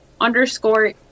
underscore